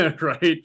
Right